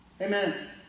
Amen